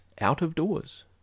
out-of-doors